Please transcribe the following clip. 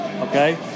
Okay